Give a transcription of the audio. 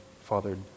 fathered